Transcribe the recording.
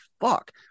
Fuck